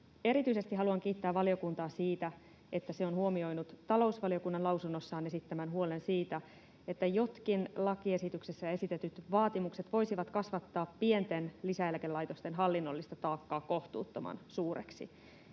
Erityisesti haluan kiittää valiokuntaa siitä, että se on huomioinut talousvaliokunnan lausunnossaan esittämän huolen siitä, että jotkin lakiesityksessä esitetyt vaatimukset voisivat kasvattaa pienten lisäeläkelaitosten hallinnollista taakkaa kohtuuttoman suureksi.